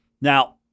Now